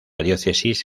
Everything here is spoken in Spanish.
diócesis